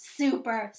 super